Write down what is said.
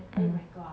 hmm